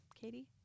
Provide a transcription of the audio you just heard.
Katie